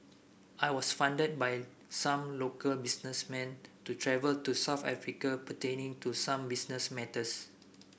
I was funded by some local businessmen to travel to South Africa pertaining to some business matters